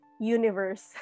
universe